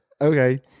Okay